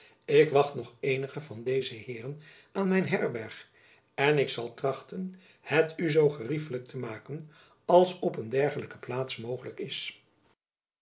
ik wacht nog eenigen van deze heeren aan mijn herberg en ik zal trachten het u zoo geriefelijk te maken als op een dergelijke plaats mogelijk is